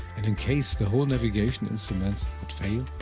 and in case the whole navigation instruments would fail,